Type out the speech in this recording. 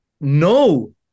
no